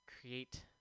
create